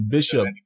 Bishop